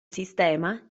sistema